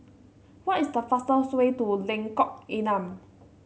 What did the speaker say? what is the fastest way to Lengkok Enam